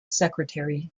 secretary